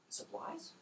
supplies